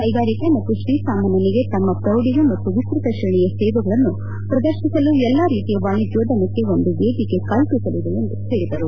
ಕೈಗಾರಿಕೆ ಮತ್ತು ಶ್ರೀಸಾಮಾನ್ಜನಿಗೆ ತಮ್ಮ ಪ್ರೌಡಿಮೆ ಮತ್ತು ವಿಸ್ತೃತ ಶ್ರೇಣಿಯ ಸೇವೆಗಳನ್ನು ಪ್ರದರ್ತಿಸಲು ಎಲ್ಲ ರೀತಿಯ ವಾಣಿಜ್ಜೋದ್ದಮಕ್ಕೆ ಒಂದು ವೇದಿಕೆ ಕಲ್ಪಿಸಲಿದೆ ಎಂದು ಹೇಳಿದರು